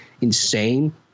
insane